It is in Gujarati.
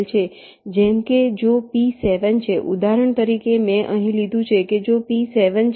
જેમ કે જો P 7 છે ઉદાહરણ તરીકે મેં અહીં લીધું છે જો P 7 છે